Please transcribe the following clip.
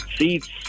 Seats